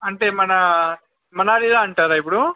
అంటే మన మనాలిలా అంటారా ఇప్పుడు